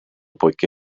poiché